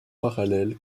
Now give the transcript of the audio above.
parallèle